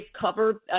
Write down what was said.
cover